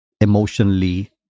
emotionally